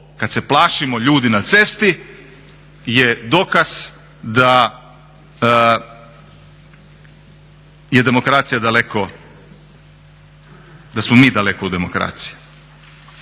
kad se plašimo ljudi na cesti je dokaz da je demokracija daleko, da smo mi daleko u demokraciji.